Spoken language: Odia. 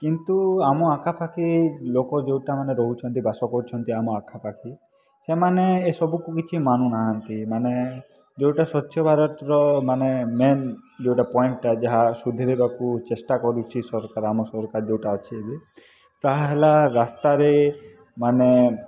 କିନ୍ତୁ ଆମ ଆଖପାଖି ଲୋକ ଯେଉଁଟାମାନେ ରହୁଛନ୍ତି ବାସକରୁଛନ୍ତି ଆମ ଆଖପାଖି ସେମାନେ ଏସବୁକୁ କିଛି ମାନୁନାହାନ୍ତି ମାନେ ଯେଉଁଟା ସ୍ୱଚ୍ଛ ଭାରତର ମାନେ ମେନ୍ ଯେଉଁଟା ପଏଣ୍ଟ୍ଟା ଯାହା ସୁଧିରିବାକୁ ଚେଷ୍ଟା କରୁଛି ସରକାର ଆମ ସରକାର ଯେଉଁଟା ଅଛି ଏବେ ତାହା ହେଲା ରାସ୍ତାରେ ମାନେ